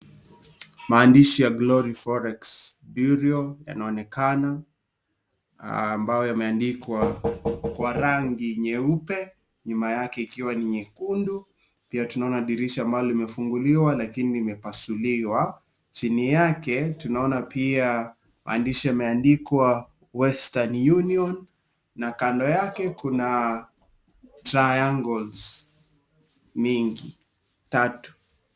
Maandishi ya Glory Forex Bureau yanaonekana ambayo yameandikwa kwa rangi nyeupe nyuma yake ikiwa ni nyekundu. Pia tunaona dirisha ambalo limefunguliwa lakini limepasuliwa. Chini yake tunaona pia maandishi yameandikwa western union na kando yake kuna triangles mingi, tatu.